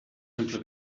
simply